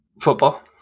football